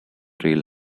rail